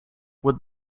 with